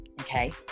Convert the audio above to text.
okay